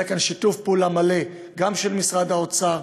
היה כאן שיתוף פעולה מלא גם של משרד האוצר,